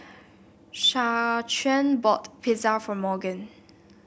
Shaquan bought Pizza for Morgan